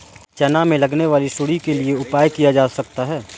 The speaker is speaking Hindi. चना में लगने वाली सुंडी के लिए क्या उपाय किया जा सकता है?